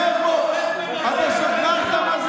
היחיד, מאיפה?